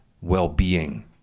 well-being